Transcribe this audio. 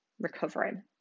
recovering